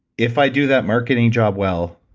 if i do that marketing job well,